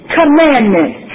commandments